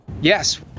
Yes